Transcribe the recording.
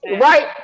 right